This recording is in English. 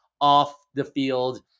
off-the-field